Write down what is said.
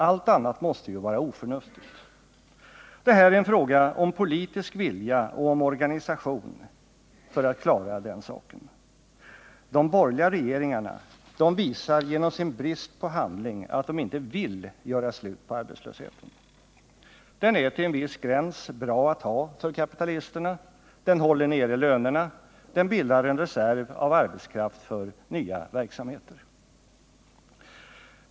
Allt annat måste ju vara oförnuftigt. Det är en fråga om politisk vilja och om organisation att klara den saken. De borgerliga regeringarna visar genom sin brist på handling att de inte vill göra slut på arbetslösheten. Den är till en viss gräns bra att ha för kapitalisterna. Den håller nere lönerna, den bildar en reserv av arbetskraft för nya verksamheter.